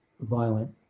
violent